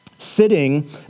sitting